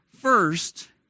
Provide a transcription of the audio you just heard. first